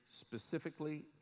specifically